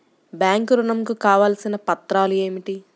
Bank ఋణం కు కావలసిన పత్రాలు ఏమిటి?